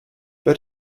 but